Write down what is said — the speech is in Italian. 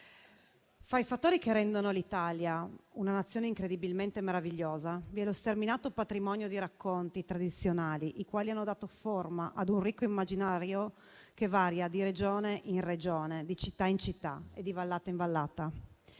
fra i fattori che rendono l'Italia una Nazione incredibilmente meravigliosa vi è lo sterminato patrimonio di racconti tradizionali, i quali hanno dato forma a un ricco immaginario, che varia di Regione in Regione, di città in città e di vallata in vallata.